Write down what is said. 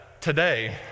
today